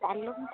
hello